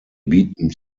bieten